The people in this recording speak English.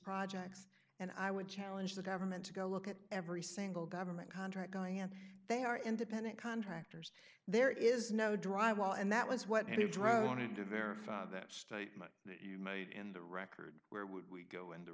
projects and i would challenge the government to go look at every single government contract going and they are independent contractors there is no drywall and that was what it drove wanted to verify that statement you made in the record where would we go